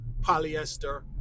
polyester